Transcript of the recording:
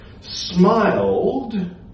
smiled